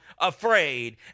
afraid